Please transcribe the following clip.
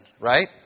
Right